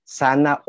sana